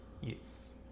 Yes